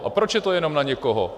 A proč je to jenom na někoho?